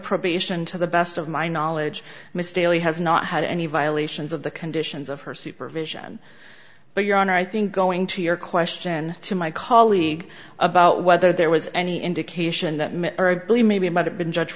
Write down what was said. probation to the best of my knowledge mistery has not had any violations of the conditions of her supervision but your honor i think going to your question to my colleague about whether there was any indication that maybe it might have been judge